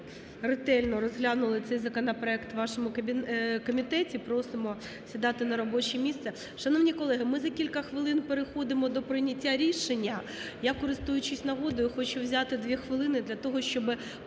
ретельно розглянули цей законопроект у вашому комітеті. Просимо сідати на робоче місце. Шановні колеги, ми за кілька хвилин переходимо до прийняття рішення. Я, користуючись нагодою, хочу взяти дві хвилини для того, щоби